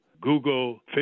Google